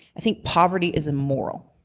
i think poverty is immoral.